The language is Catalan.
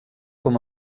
com